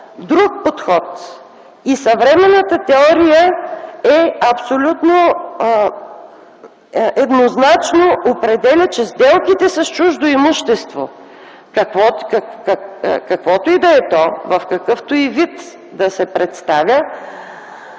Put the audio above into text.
друг подход. Съвременната теория абсолютно еднозначно определя, че сделката с чуждо имущество, каквото и да е то, в какъвто и вид да се представя,